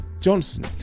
Johnson